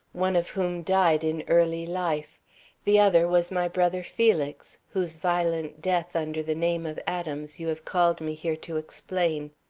one of whom died in early life the other was my brother felix, whose violent death under the name of adams you have called me here to explain.